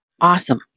Awesome